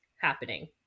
happening